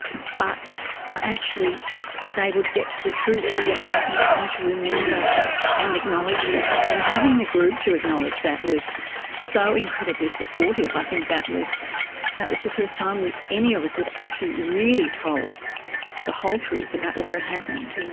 but i actually was able to get to the truth of what happened and to remember it and acknowledge that. and having the group to acknowledge that was so incredibly supportive, i think that was that was the first time any of us actually really told the whole truth about what had happened.